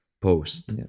post